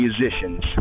musicians